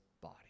body